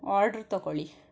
order ತಗೊಳ್ಳಿ